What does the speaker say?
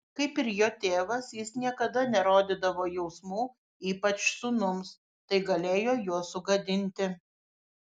kaip ir jo tėvas jis niekada nerodydavo jausmų ypač sūnums tai galėjo juos sugadinti